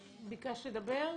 ביקשת לדבר?